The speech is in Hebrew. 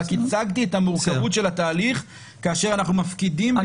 רק הצגתי את המורכבות של התהליך כאשר אנחנו מפקידים בידיו פיקדון.